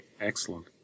Excellent